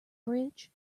bridge